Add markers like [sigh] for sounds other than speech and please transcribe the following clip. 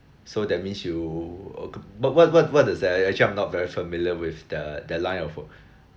so that means you uh [noise] what what what is that I I actually I'm not very familiar with the that line of work